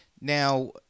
Now